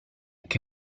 che